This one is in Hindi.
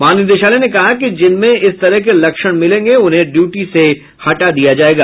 महानिदेशालय ने कहा कि जिनमें इस तरह के लक्षण मिलेंगे उन्हें ड्यूटी से हटा दिया जाएगा